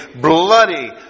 bloody